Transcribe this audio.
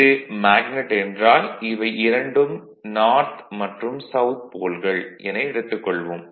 இது மேக்னட் என்றால் இவை இரண்டும் N மற்றும் S போல்கள் என எடுத்துக் கொள்வோம்